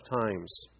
times